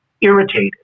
irritated